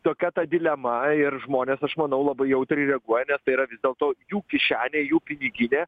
tokia ta dilema ir žmonės aš manau labai jautriai reaguoja nes tai yra vis dėlto jų kišenė jų piniginė